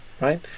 right